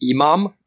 Imam